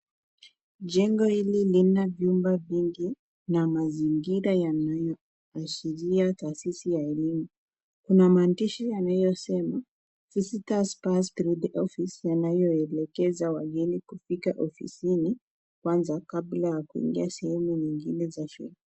Jengo hili Lina vyumba vingi na mazingira yanaashiria taasisi ya elimu. Kuna maandishi yanayosema Visitors pass through the office inayoelekeza wageni kufika ofisini kwanza kabla ya kuingia sehemu nyengine za shule.